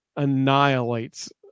annihilates